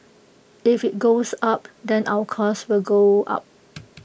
if IT goes up then our cost will go up